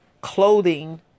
clothing